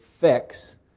fix